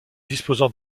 disposant